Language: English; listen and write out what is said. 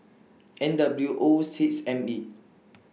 N W O six M E